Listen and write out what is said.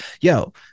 Yo